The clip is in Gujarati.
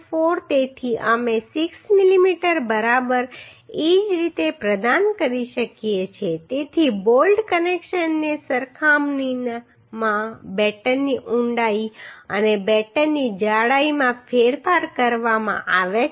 4 તેથી અમે 6 મીમી બરાબર એ જ રીતે પ્રદાન કરી શકીએ છીએ તેથી બોલ્ટ કનેક્શનની સરખામણીમાં બેટનની ઊંડાઈ અને બેટનની જાડાઈમાં ફેરફાર કરવામાં આવ્યો છે